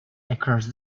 across